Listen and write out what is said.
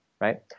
Right